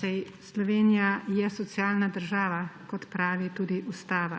saj Slovenija je socialna država, kot pravi tudi Ustava.